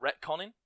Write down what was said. retconning